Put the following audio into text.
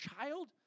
child